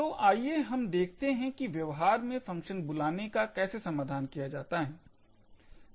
तो आइए हम देखते हैं कि व्यवहार में फंक्शन बुलाने का कैसे समाधान किया जाता है